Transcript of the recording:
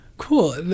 Cool